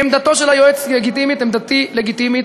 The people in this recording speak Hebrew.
עמדתו של היועץ היא לגיטימית, עמדתי לגיטימית.